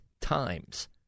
times